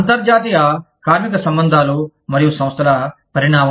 అంతర్జాతీయ కార్మిక సంబంధాలు మరియు సంస్థల పరిణామం